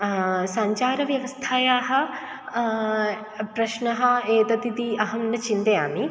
सञ्चारव्यवस्थायाः प्रश्नः एतत् इति अहं न चिन्तयामि